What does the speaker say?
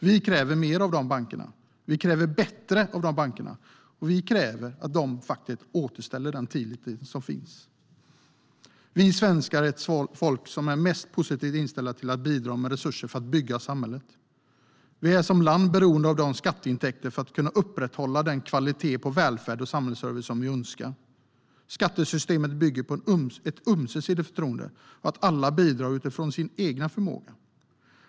Vi kräver mer av de bankerna. Vi kräver bättre av de bankerna. Vi kräver att de faktiskt återställer den tillit som fanns. Vi svenskar är det folk som är mest positivt inställt till att bidra med resurser för att bygga samhället. Vi är som land beroende av skatteintäkter för att kunna upprätthålla den kvalitet på välfärd och samhällsservice som vi önskar. Skattesystemet bygger på ömsesidigt förtroende, på att alla bidrar utifrån sin egen förmåga.